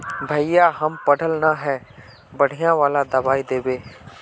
भैया हम पढ़ल न है बढ़िया वाला दबाइ देबे?